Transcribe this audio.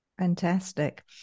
Fantastic